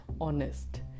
honest